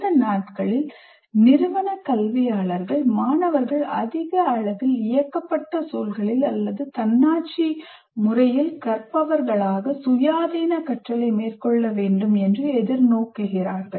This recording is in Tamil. இந்த நாட்களில் நிறுவன கல்வியாளர்கள் மாணவர்கள் அதிக அளவில் இயக்கப்பட்ட சூழல்களில் அல்லது தன்னாட்சி கற்றவர்களாக சுயாதீன கற்றலை மேற்கொள்ள வேண்டும் என்று எதிர் நோக்குகிறார்கள்